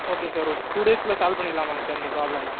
ஓகேங்க சார் ஒரு டூ டேஸ்க்குள்ளே சால்வ் பண்ணிடலாமாங்க சார் இந்த ப்ராப்ளமை